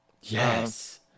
Yes